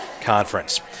Conference